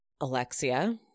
Alexia